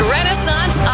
Renaissance